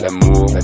l'amour